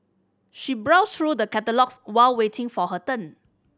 she browsed through the catalogues while waiting for her turn